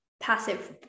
passive